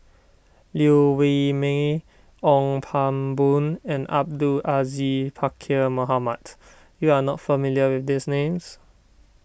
Liew Wee Mee Ong Pang Boon and Abdul Aziz Pakkeer Mohamed you are not familiar with these names